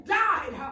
died